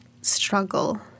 struggle